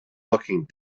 looking